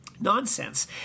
nonsense